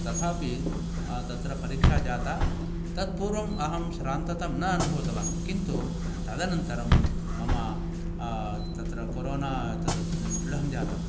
तथापि तत्र परीक्षा जाता तत्पूर्वं अहं श्राततां न अनुभूतवान् किन्तु तदनन्तरं मम तत्र कोरोना एतद् दृढं जातं